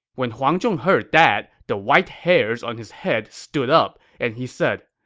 when huang zhong heard that, the white hairs on his head stood up, and he said,